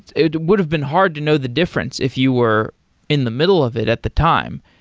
it would've been hard to know the difference if you were in the middle of it at the time.